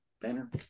banner